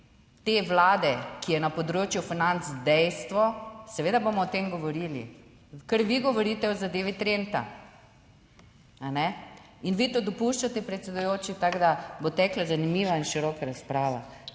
te Vlade, ki je na področju financ dejstvo. Seveda bomo o tem govorili, ker vi govorite o zadevi Trenta. In vi to dopuščate, predsedujoči, tako da bo tekla zanimiva in široka razprava.